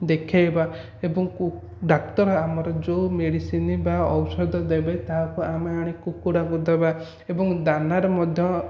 ଦେଖେଇବା ଏବଂ କୁ ଡାକ୍ତର ଆମର ଯେଉଁ ମେଡ଼ିସିନ୍ ବା ଔଷଧ ଦେବେ ତାହାକୁ ଆମେ ଆଣି କୁକୁଡ଼ାକୁ ଦେବା ଏବଂ ଦାନାରେ ମଧ୍ୟ